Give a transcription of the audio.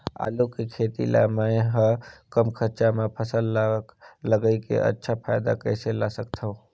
आलू के खेती ला मै ह कम खरचा मा फसल ला लगई के अच्छा फायदा कइसे ला सकथव?